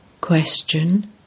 Question